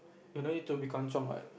you don't need to be kanchiong what